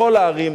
בכל הערים,